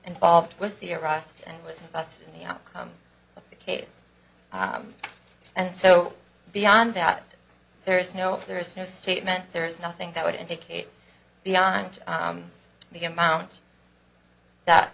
involved with iraq and with us in the outcome of the case and so beyond that there is no there is no statement there is nothing that would indicate beyond the amount that